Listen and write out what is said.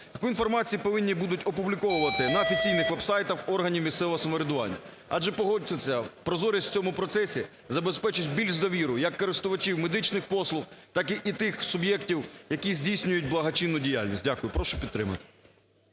Таку інформацію повинні будуть опубліковувати на офіційних веб-сайтах органів місцевого самоврядування. Адже, погодьтесь, прозорість в цьому процесі забезпечить більшу довіру як користувачів медичних послуг, так і тих суб'єктів, які здійснюють благочинну діяльність. Дякую. Прошу підтримати.